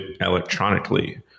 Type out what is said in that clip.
electronically